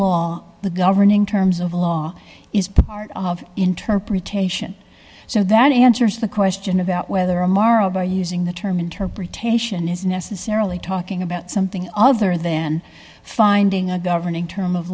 governing terms of the law is part of interpretation so that answers the question about whether a mara by using the term interpretation is necessarily talking about something other then finding a governing term of